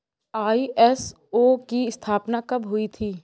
ISO की स्थापना कब हुई थी?